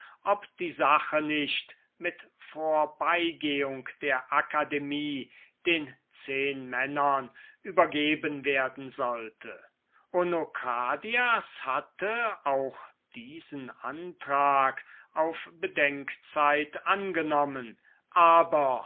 ob die sache nicht mit vorbeigehung der akademie dem collegio der zehnmänner übergeben werden sollte onokradias hatte auch diesen antrag auf bedenkzeit angenommen aber